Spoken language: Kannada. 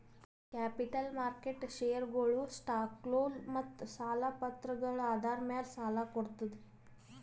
ಕ್ಯಾಪಿಟಲ್ ಮಾರ್ಕೆಟ್ ಷೇರ್ಗೊಳು, ಸ್ಟಾಕ್ಗೊಳು ಮತ್ತ್ ಸಾಲ ಪತ್ರಗಳ್ ಆಧಾರ್ ಮ್ಯಾಲ್ ಸಾಲ ಕೊಡ್ತದ್